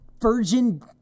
virgin